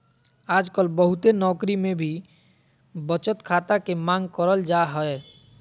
आजकल बहुते नौकरी मे भी बचत खाता के मांग करल जा हय